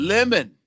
Lemon